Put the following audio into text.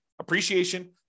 appreciation